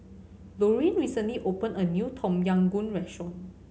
Loraine recently opened a new Tom Yam Goong restaurant